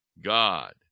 God